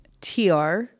TR